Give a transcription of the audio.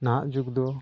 ᱱᱟᱦᱟᱜ ᱡᱩᱜᱽ ᱫᱚ